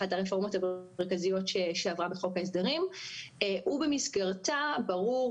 אחת הרפורמות הגדולות והמרכזיות שעברה בחוק ההסדרים ובמסגרתה ברור